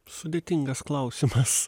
sudėtingas klausimas